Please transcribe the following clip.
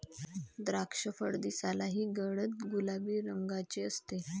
द्राक्षफळ दिसायलाही गडद गुलाबी रंगाचे असते